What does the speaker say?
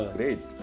Great